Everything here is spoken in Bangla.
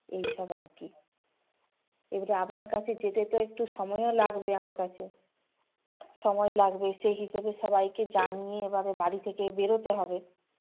এই সব আর কি এবারে আপনার কাছে যেতে তো একটু সময়ও লাগবে আমার কাছে সময় লাগবে সেই হিসেবে সবাইকে জানিয়ে এবারে বাড়ি থেকে বেরোতে হবে